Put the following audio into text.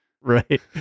right